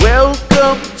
Welcome